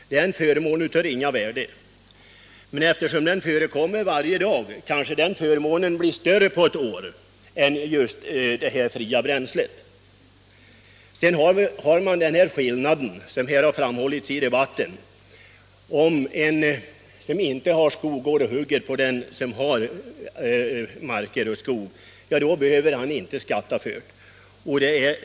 Det är en förmån av ringa värde. Men eftersom den förekommer varje dag kanske den förmånen blir större på ett år än förmånen av det fria bränslet. Ett annat argument för motionen är den skillnad som framhållits tidigare i debatten. Om en person som inte har någon skog går och hugger på någon annans mark behöver han inte skatta för detta bränsle.